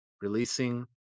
releasing